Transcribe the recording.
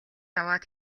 аваад